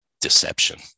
deception